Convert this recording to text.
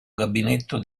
gabinetto